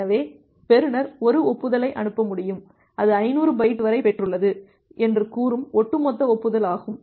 எனவே பெறுநர் ஒரு ஒப்புதலை அனுப்ப முடியும் அது 500 பைட் வரை பெற்றுள்ளது என்று கூறும் ஒட்டுமொத்த ஒப்புதல் ஆகும்